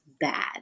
bad